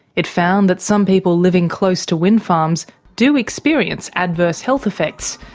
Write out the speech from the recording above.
it found that some people living close to wind farms do experience adverse health effects,